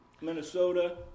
Minnesota